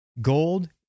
Gold